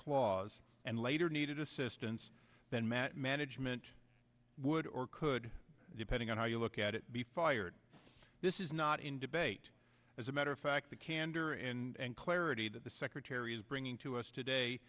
clause and later needed assistance then matt management would or could depending on how you look at it be fired this is not in debate as a matter of fact the candor and clarity that the secretary is bringing to us today